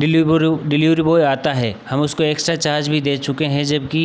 डिलीबरो delivery boy आता है हम उसको एक्स्ट्रा चार्ज भी दे चुके हैं जबकि